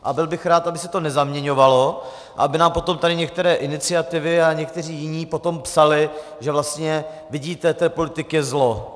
A byl bych rád, aby se to nezaměňovalo, aby nám potom tady některé iniciativy a někteří jiní potom psali, že vlastně vidíte, to je politik, je zlo.